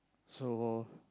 so